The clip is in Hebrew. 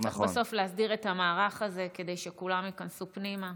צריך בסוף להסדיר את המערך הזה כדי שכולם ייכנסו פנימה.